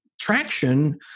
traction